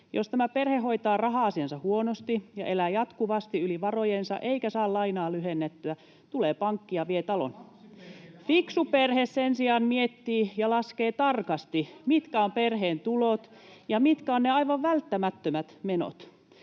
Jos tämä perhe hoitaa raha-asiansa huonosti ja elää jatkuvasti yli varojensa eikä saa lainaa lyhennettyä, tulee pankki ja vie talon. Fiksu perhe sen sijaan miettii ja laskee tarkasti, mitkä ovat perheen tulot ja mitkä ovat ne aivan välttämättömät menot.